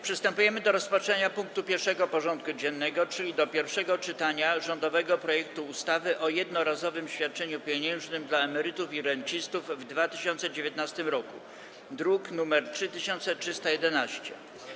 Przystępujemy do rozpatrzenia punktu 1. porządku dziennego: Pierwsze czytanie rządowego projektu ustawy o jednorazowym świadczeniu pieniężnym dla emerytów i rencistów w 2019 r. (druk nr 3311)